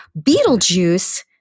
Beetlejuice